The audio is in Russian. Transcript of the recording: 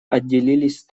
отделилось